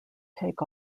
take